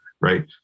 right